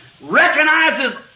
recognizes